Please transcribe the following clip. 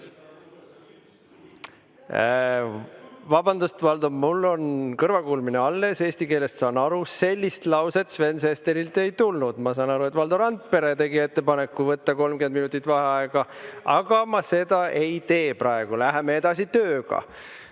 Vabandust, Valdo, mul on kõrvakuulmine alles, eesti keelest saan aru. Sellist lauset Sven Sesterilt ei tulnud. Ma saan aru, et Valdo Randpere tegi ettepaneku võtta 30 minutit vaheaega, aga ma seda ei tee praegu. Läheme edasi tööga.